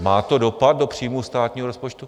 Má to dopad do příjmů státního rozpočtu?